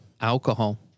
alcohol